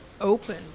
open